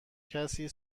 کسی